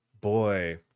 boy